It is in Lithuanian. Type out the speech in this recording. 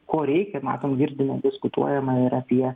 ko reikia matom girdime diskutuojama ir apie